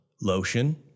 lotion